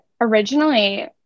originally